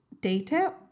data